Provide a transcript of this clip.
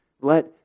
Let